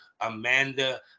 Amanda